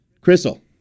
crystal